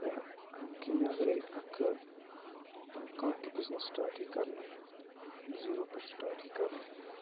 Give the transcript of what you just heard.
تہٕ اَمہِ کِنہِ اَگَرَے اَکھٕ کانٛہہ تہِ بِزنِس سِٹاٹ یی کَرنہٕ زیٖرو پٮ۪ٹھ سِٹاٹ یی کَرنہٕ